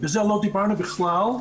ובזה לא דיברנו בכלל,